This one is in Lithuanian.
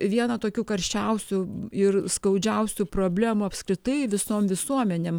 viena tokių karščiausių ir skaudžiausių problemų apskritai visom visuomenėm